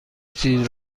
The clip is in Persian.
چیز